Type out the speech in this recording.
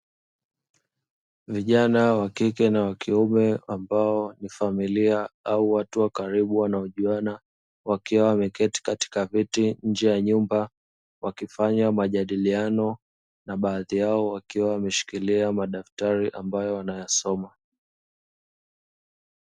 Vijana wa kike na wa kiume, ambao ni familia au watu wa karibu wanaojuana. Wakiwa wameketi katika viti nje ya nyumba, wakifanya majadiliano na baadhi yao wakiwa wameshikilia madaftari ambayo wanayasoma.